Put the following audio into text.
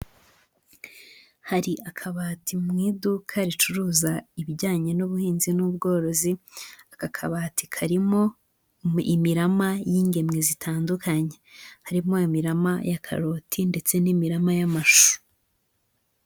Hari akabati mu iduka ricuruza ibijyanye n'ubuhinzi n'ubworozi, aka kabati karimo imirama y'ingemwe zitandukanye harimo imirama ya karoti ndetse n'imirama y'amashu.